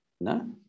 No